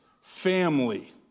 family